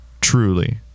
Truly